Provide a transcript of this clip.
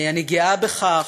אני גאה בכך,